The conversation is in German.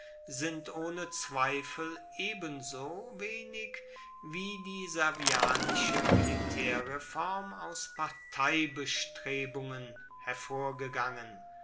sind ohne zweifel ebensowenig wie die servianische militaerreform aus parteibestrebungen hervorgegangen